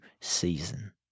season